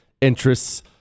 interests